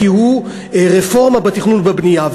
כי הוא רפורמה בתכנון ובבנייה.